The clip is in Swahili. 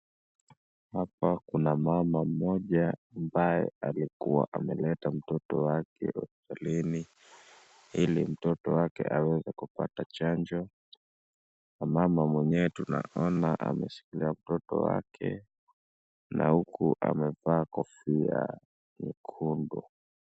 Hapa kuna mama mmoja ambaye alikua ameleta mtoto wake hospitalini ili mtoto wake aweze kupata chanjo na mama mwenyewe tunaona ameshikilia mtoto wake na huku amevaa kofia nyekundu.